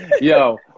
yo